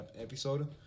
episode